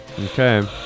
okay